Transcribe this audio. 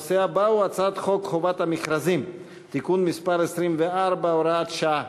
הצעת חוק חובת המכרזים (תיקון מס' 24, הוראת שעה),